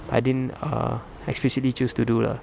I didn't uh explicitly choose to do lah